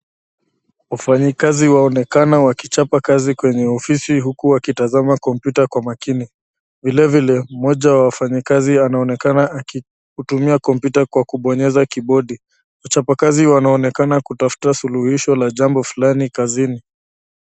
Wafanyakazi waonekana wakichapa kazi kwenye ofisi huku wakitazama kompyuta kwa makini. Vilevile mmoja wa wafanyikazi anaonekana akitumia kompyuta kwa kubonyeza kibodi. Wachapakazi wanaonekana kutafta suluhisho la jambo fulani kazini.